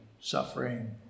suffering